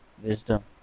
Wisdom